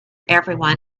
everyone